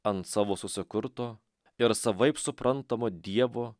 ant savo susikurto ir savaip suprantamo dievo